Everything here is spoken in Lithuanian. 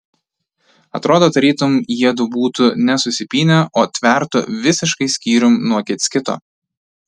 atrodo tarytum jiedu būtų ne susipynę o tvertų visiškai skyrium nuo kits kito